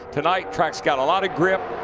tonight track's got a lot of grip.